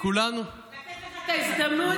לתת לך את ההזדמנות